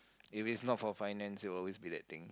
if it's not for finance it will always be that thing